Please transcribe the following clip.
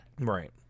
Right